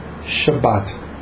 Shabbat